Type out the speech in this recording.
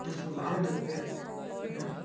दुष्प्रभाव देते हैं